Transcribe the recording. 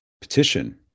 petition